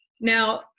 Now